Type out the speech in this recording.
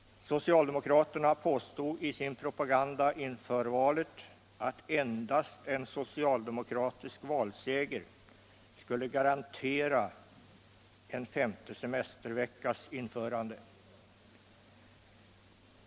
Socialdemokraterna påstod i sin propaganda inför valet att endast en socialdemokratisk valseger skulle garantera en femte semesterveckas in "förande.